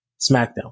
smackdown